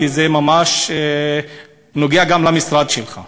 כי זה נוגע ממש גם למשרד שלך: